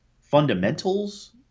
fundamentals